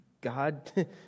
God